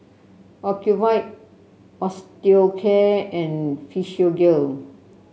Ocuvite Osteocare and Physiogel